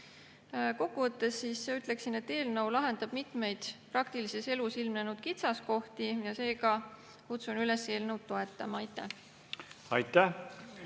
Kokkuvõttes ütleksin, et eelnõu lahendab mitu praktilises elus ilmnenud kitsaskohta ja seega kutsun üles eelnõu toetama. Aitäh!